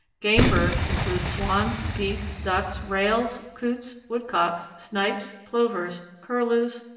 game birds include swans, geese, ducks, rails, coots, woodcocks, snipes, plovers, curlews,